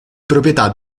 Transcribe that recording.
proprietà